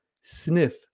sniff